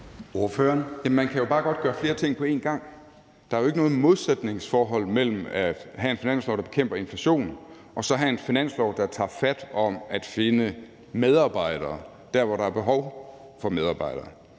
man kan bare godt gøre flere ting på én gang. Der er jo ikke noget modsætningsforhold mellem at have en finanslov, der bekæmper inflationen, og så at have en finanslov, der tager fat om at finde medarbejdere til de steder, hvor der er behov for medarbejdere,